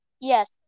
Yes